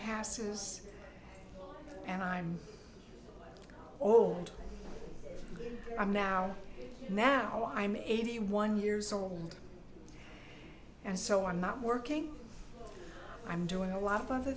passes and i'm old and i'm now now i'm eighty one years old and so i'm not working i'm doing a lot of other